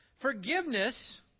Forgiveness